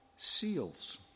Seals